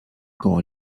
koło